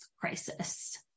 crisis